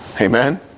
Amen